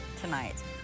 tonight